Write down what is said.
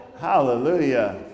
Hallelujah